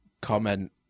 comment